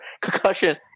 Concussion